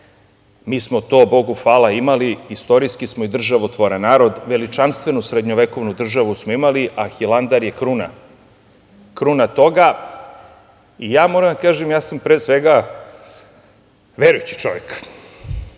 mi smo to, Bogu hvala, imali i istorijski smo i državotvoran narod. Veličanstvenu srednjovekovnu državu smo imali a Hilandar je kruna toga. Moram da kažem da sam ja pre svega verujući čovek